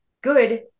good